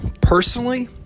personally